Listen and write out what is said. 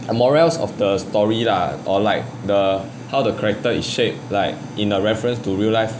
the morals of the story lah or like the how the character is shaped like in a reference to real life